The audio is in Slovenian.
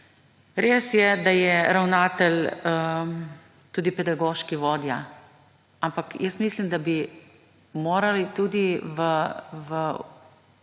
res je, da je ravnatelj tudi pedagoški vodja. Ampak jaz mislim, da bi morali tudi v šolah